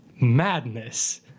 madness